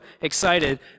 excited